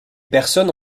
personnes